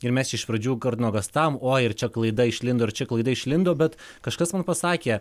ir mes iš pradžių nuogąstavom o ir čia klaida išlindo ir čia klaida išlindo bet kažkas man pasakė